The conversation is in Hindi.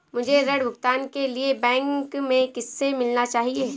मुझे ऋण भुगतान के लिए बैंक में किससे मिलना चाहिए?